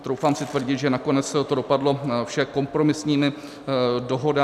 Troufám si tvrdit, že nakonec to dopadlo vše kompromisními dohodami.